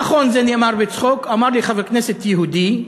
נכון, זה נאמר בצחוק, אמר לי חבר כנסת יהודי,